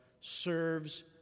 serves